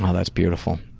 ah that's beautiful.